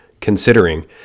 considering